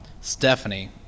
Stephanie